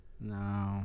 No